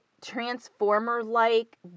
Transformer-like